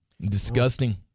Disgusting